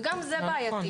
וגם זה בעייתי.